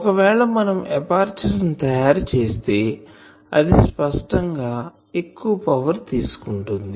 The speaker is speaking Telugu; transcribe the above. ఒకవేళ మనం ఎపర్చరు ను తయారు చేస్తే అది స్పష్టం గా ఎక్కువ పవర్ తీసుకుంటుంది